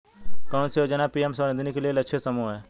कौन सी योजना पी.एम स्वानिधि के लिए लक्षित समूह है?